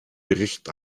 bericht